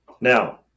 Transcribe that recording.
Now